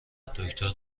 دکتر